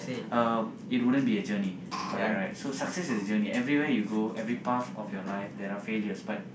um it wouldn't be a journey correct right so success is a journey everywhere you go every path of your life there are failures but